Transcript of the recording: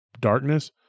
darkness